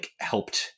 helped